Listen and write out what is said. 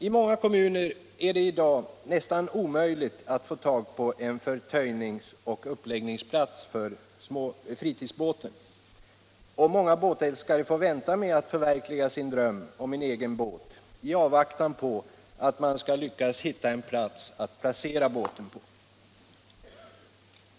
I många kommuner är det i dag nästan omöjligt att få tag på en förtöjnings och uppläggningsplats för fritidsbåten, och många båtälskare får vänta med att förverkliga sin dröm om en egen båt i avvaktan på att man skall lyckas hitta en plats för båten.